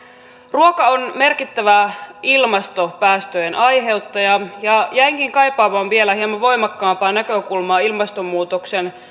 ruoka on merkittävä ilmastopäästöjen aiheuttaja ja jäinkin kaipaamaan vielä hieman voimakkaampaa näkökulmaa ilmastonmuutoksen